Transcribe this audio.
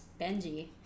Benji